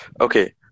Okay